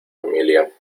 familia